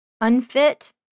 unfit